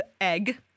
egg